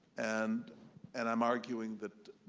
and and i'm arguing that,